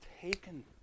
taken